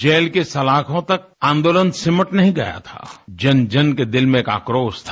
jail की सलाखों तक आंदोलन सिमट नहीं गया था जन जन के दिल में एक आक्रोश था